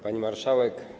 Pani Marszałek!